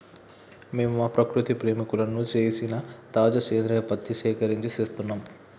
మేము మా ప్రకృతి ప్రేమికులకు సేసిన తాజా సేంద్రియ పత్తి సేకరణం సేస్తున్నం